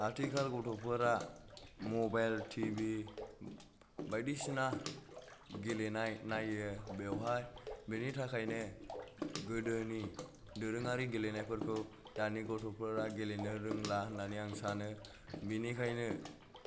आथिखाल गथफोरा mobile TV बायदिसिना गेलेनाय नायो बेयावहाय बेनि थाखायनो गोदोनि दोरोंआरि गेलेनायफोरखौ दानि गथ'फोरा गेलेनो रोंला होननानै आं सानो बेनिखायनो